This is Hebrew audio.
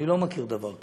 אני לא מכיר דבר כזה: